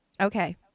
Okay